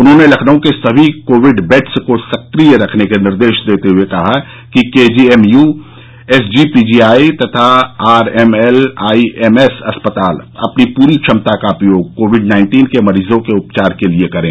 उन्होंने लखनऊ के सभी कोविड बेड्स को सक्रिय रखने के निर्देश देते हुए कहा कि केजीएमय एसजीपीजीआई तथा आरएमएलआईएमएस अस्पताल अपनी पूरी क्षमता का उपयोग कोविड नाइन्टीन के मरीजो के उपचार के लिए करें